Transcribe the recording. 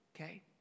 Okay